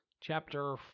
chapter